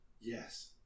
Yes